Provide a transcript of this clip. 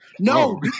No